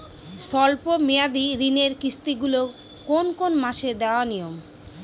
স্বল্প মেয়াদি ঋণের কিস্তি গুলি কোন কোন মাসে দেওয়া নিয়ম?